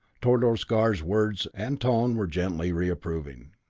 tordos gar's words and tone were gently reproving.